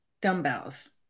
dumbbells